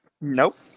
Nope